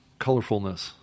colorfulness